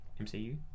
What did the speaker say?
MCU